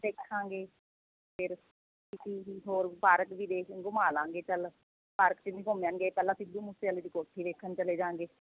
ਦੇਖਾਂਗੇ ਫਿਰ ਅਸੀਂ ਵੀ ਹੋਰ ਪਾਰਕ ਵੀ ਦੇਖ ਘੁੰਮਾ ਲਵਾਂਗੇ ਚੱਲ ਪਾਰਕ 'ਚ ਵੀ ਘੁੰਮ ਆਉਣਗੇ ਪਹਿਲਾਂ ਸਿੱਧੂ ਮੂਸੇਆਲੇ ਦੀ ਕੋਠੀ ਵੇਖਣ ਚਲੇ ਜਾਂਗੇ